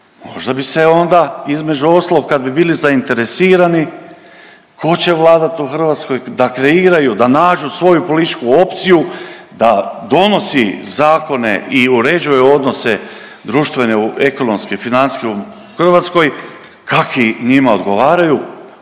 Možda bi se onda, između ostalog, kad bi bili zainteresirani tko će vladati u Hrvatskoj, da kreiraju, da nađu svoju političku opciju, da donosi zakone i uređuje odnose društveno, ekonomske, financijsku u Hrvatskoj kakvi njima odgovaraju,